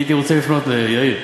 הייתי רוצה לפנות ליאיר,